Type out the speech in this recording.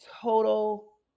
total